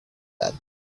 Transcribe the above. that